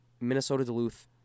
Minnesota-Duluth